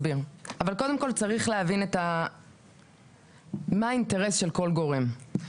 קודם כול, צריך להבין את מה האינטרס של כל גורם.